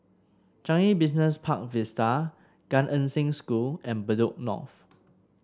Changi Business Park Vista Gan Eng Seng School and Bedok North